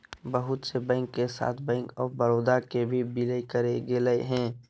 बहुत से बैंक के साथ बैंक आफ बडौदा के भी विलय करेल गेलय हें